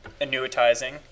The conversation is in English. annuitizing